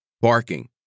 barking